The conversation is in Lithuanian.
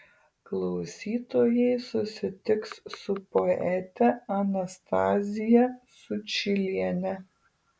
klausytojai susitiks su poete anastazija sučyliene